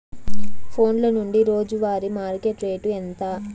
ఫోన్ల నుండి రోజు వారి మార్కెట్ రేటు ఎంత?